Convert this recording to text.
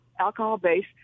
alcohol-based